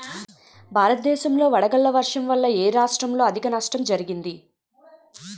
భారతదేశం లో వడగళ్ల వర్షం వల్ల ఎ రాష్ట్రంలో అధిక నష్టం జరిగింది?